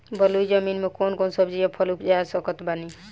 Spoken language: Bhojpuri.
बलुई जमीन मे कौन कौन सब्जी या फल उपजा सकत बानी?